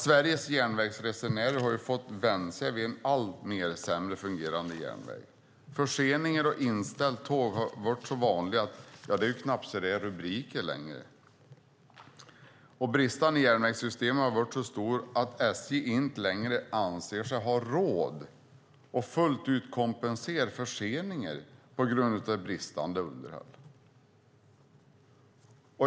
Sveriges järnvägsresenärer har fått vänja sig vid en allt sämre fungerande järnväg. Förseningar och inställda tåg är så vanliga att det knappt ger rubriker längre. Bristerna i järnvägssystemet är så stora att SJ inte längre anser sig ha råd att fullt ut kompensera för förseningar på grund av bristande underhåll.